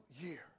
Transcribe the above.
year